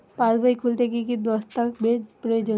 পাসবই খুলতে কি কি দস্তাবেজ প্রয়োজন?